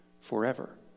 forever